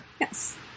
Yes